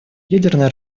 ядерное